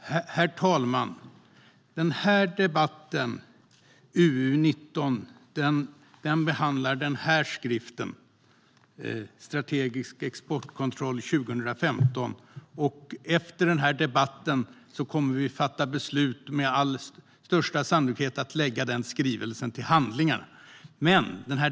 Strategisk export-kontroll 2015 - krigsmateriel och produkter med dubbla användningsområden Herr talman! Denna debatt om UU19 behandlar skrivelsen Strategisk exportkontroll 2015 . Efter debatten kommer vi med största sannolikhet att fatta beslut om att lägga denna skrivelse till handlingarna.